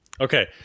Okay